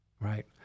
right